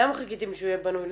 למה חיכיתם שהוא יהיה בנוי?